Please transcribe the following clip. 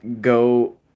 go